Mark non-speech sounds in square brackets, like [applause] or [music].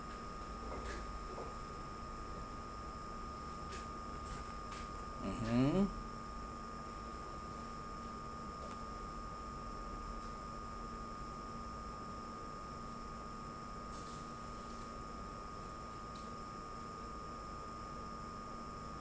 [breath] mmhmm